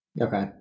Okay